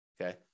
okay